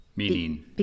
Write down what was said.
Meaning